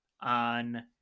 on